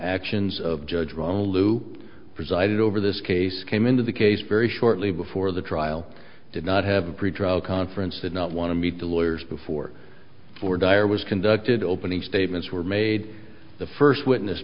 actions of judge ron lou presided over this case came into the case very shortly before the trial did not have a pretrial conference did not want to meet the lawyers before for dire was conducted opening statements were made the first witness